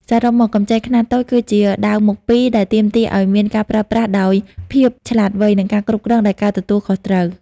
សរុបមក កម្ចីខ្នាតតូចគឺជា "ដាវមុខពីរ" ដែលទាមទារឱ្យមានការប្រើប្រាស់ដោយភាពឆ្លាតវៃ និងការគ្រប់គ្រងដោយការទទួលខុសត្រូវ។